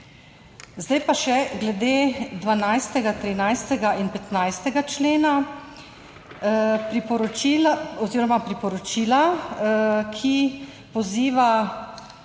Zdaj pa še glede 12., 13. in 15. člena priporočila, ki poziva,